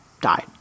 died